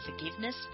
forgiveness